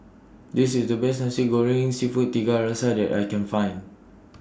This IS The Best Nasi Goreng Seafood Tiga Rasa that I Can Find